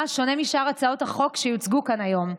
שונה משאר הצעות החוק שיוצגו כאן היום.